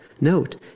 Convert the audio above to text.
note